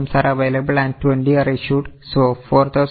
So total 24900 items are available and 20 are issued